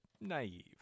naive